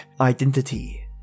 identity